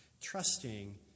trusting